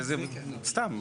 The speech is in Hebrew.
זה סתם.